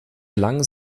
gelangen